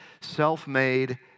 self-made